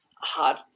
hard